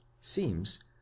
seems